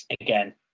again